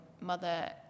mother